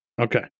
Okay